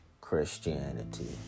Christianity